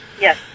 Yes